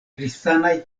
kristanaj